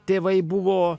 tėvai buvo